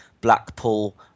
Blackpool